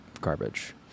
garbage